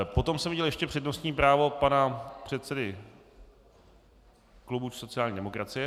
Potom jsem ještě viděl přednostní právo pana předsedy klubu sociální demokracie.